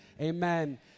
amen